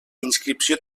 inscripció